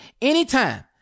anytime